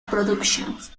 productions